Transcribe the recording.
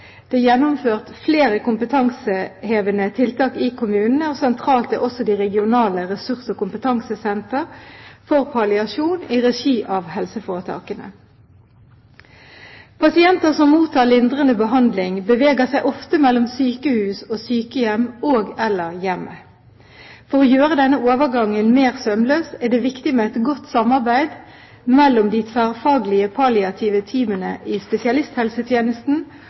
Det er gjennomført flere kompetansehevende tiltak i kommunene. Sentralt er også de regionale ressurs- og kompetansesentrene for palliasjon i regi av helseforetakene. Pasienter som mottar lindrende behandling, beveger seg ofte mellom sykehus og sykehjem og/eller hjemmet. For å gjøre denne overgangen mer sømløs er det viktig med et godt samarbeid mellom de tverrfaglige palliative teamene i spesialisthelsetjenesten